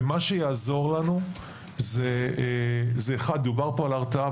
מה שיעזור לנו זה דובר פה על הרתעה,